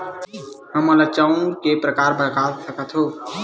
हमन ला चांउर के प्रकार बता सकत हव?